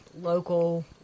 local